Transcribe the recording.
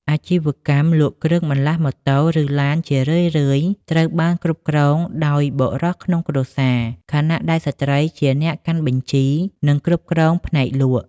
អាជីវកម្មលក់គ្រឿងបន្លាស់ម៉ូតូ ឬឡានជារឿយៗត្រូវបានគ្រប់គ្រងដោយបុរសក្នុងគ្រួសារ ខណៈដែលស្ត្រីជាអ្នកកាន់បញ្ជី និងគ្រប់គ្រងផ្នែកលក់។